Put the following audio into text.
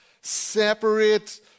separate